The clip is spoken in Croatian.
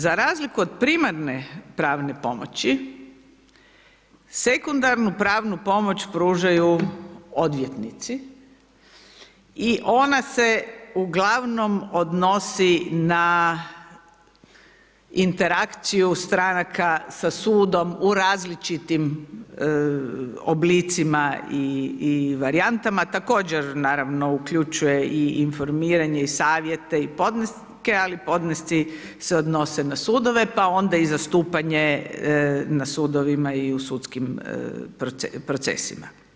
Za razliku od primarne pravne pomoći, sekundarnu pravnu pomoć pružaju odvjetnici i ona se ugl. odnosi na interakciju stranka sa sudom u različitim oblicima i varijantama, također, naravno uključuje informiranje i savjete i podneske, ali podnesci se odnose na sudove, pa onda i zastupanje na sudovima i u sudskim procesima.